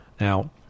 Now